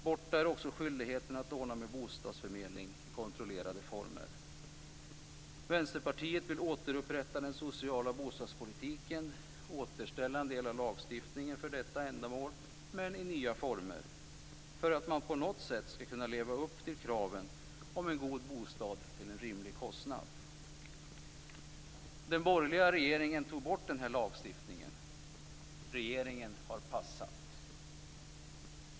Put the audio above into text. Borta är också skyldigheten att ordna bostadsförmedling i kontrollerade former. Vänsterpartiet vill återupprätta den sociala bostadspolitiken, återställa en del av lagstiftningen för detta ändamål, men i nya former, för att man på något sätt skall kunna leva upp till kraven på en god bostad till en rimlig kostnad. Den borgerliga regeringen tog bort den här lagstiftningen. Regeringen har passat.